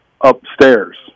upstairs